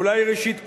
אולי ראשית כול,